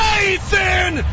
Nathan